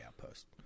outpost